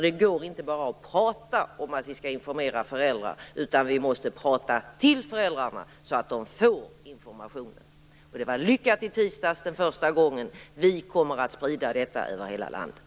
Det går inte bara att prata om att föräldrar skall informeras, utan vi måste prata till föräldrarna så att de får informationen. Första mötet i tisdags var lyckat. Vi kommer att sprida informationen över hela landet.